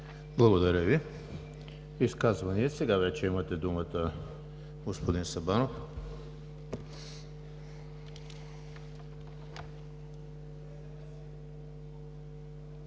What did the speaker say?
Благодаря Ви. Изказвания? Сега вече имате думата, господин Сабанов.